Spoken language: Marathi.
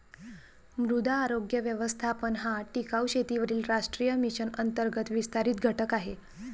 मृदा आरोग्य व्यवस्थापन हा टिकाऊ शेतीवरील राष्ट्रीय मिशन अंतर्गत विस्तारित घटक आहे